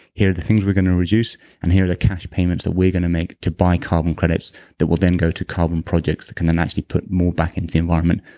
here are the things we're going to reduce and here are the cash payments that we're going to make to buy carbon credits that will then go to carbon projects that can then actually put more back into the environment.